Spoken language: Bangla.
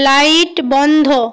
লাইট বন্ধ